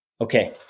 Okay